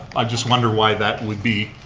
i just wonder why that would be,